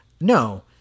no